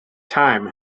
time